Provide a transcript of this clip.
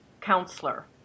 counselor